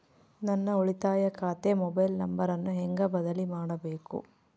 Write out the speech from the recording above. ನನ್ನ ಉಳಿತಾಯ ಖಾತೆ ಮೊಬೈಲ್ ನಂಬರನ್ನು ಹೆಂಗ ಬದಲಿ ಮಾಡಬೇಕು?